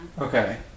Okay